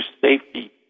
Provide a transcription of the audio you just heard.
safety